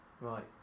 Right